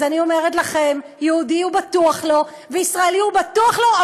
אז אני אומרת לכם: יהודי הוא בטוח לא וישראלי הוא בטוח לא,